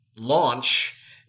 launch